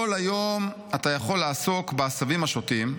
כל היום אתה יכול לעסוק בעשבים השוטים,